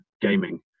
gaming